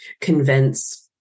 convince